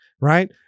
right